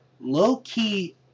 Low-key